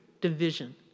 division